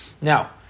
Now